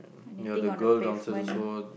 anything on the pavement